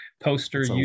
Poster